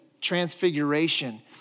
transfiguration